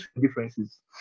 differences